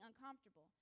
uncomfortable